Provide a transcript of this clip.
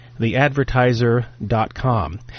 theadvertiser.com